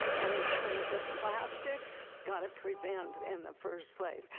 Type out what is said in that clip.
and in terms of plastics, gotta prevent in the first place.